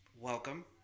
Welcome